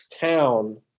town